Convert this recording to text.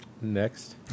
Next